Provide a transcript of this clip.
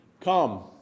Come